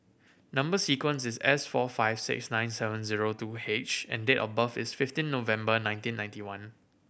number sequence is S four five six nine seven zero two H and date of birth is fifteen November nineteen ninety one